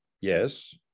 Yes